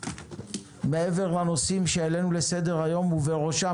מעבר לנושאים שהעלינו לסדר היום ובראשם